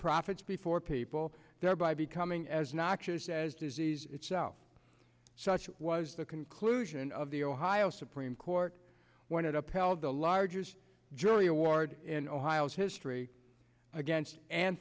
profits before people thereby becoming as noxious as disease itself such was the conclusion of the ohio supreme court when it up held the largest jury award in ohio history against an